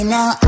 Now